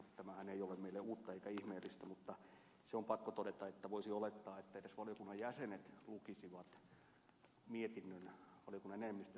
tämähän ei ole meille uutta eikä ihmeellistä mutta se on pakko todeta että voisi olettaa että edes valiokunnan jäsenet lukisivat valiokunnan enemmistön mietinnön